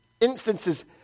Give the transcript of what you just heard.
instances